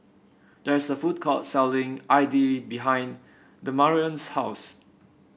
there is a food court selling idly behind Demarion's house